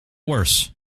worse